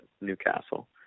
Newcastle